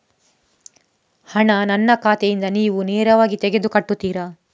ಹಣ ನನ್ನ ಖಾತೆಯಿಂದ ನೀವು ನೇರವಾಗಿ ತೆಗೆದು ಕಟ್ಟುತ್ತೀರ?